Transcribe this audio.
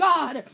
God